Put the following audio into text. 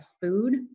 food